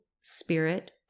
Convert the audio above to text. spirit